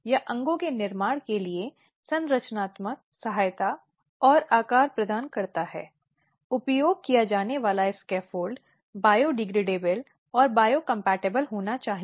बयानों के बार बार रुकावट जब पक्ष बयान दे रहे हैं ऐसे बयानों में बार बार रुकावटें आती हैं उनसे भी बचा जाना चाहिए